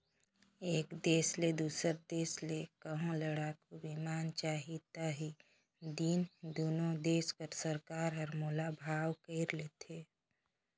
एक देस ल दूसर देस ले कहों लड़ाकू बिमान चाही ता ही दिन दुनो देस कर सरकार हर मोल भाव कइर लेथें